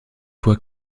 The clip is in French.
fois